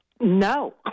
No